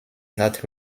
not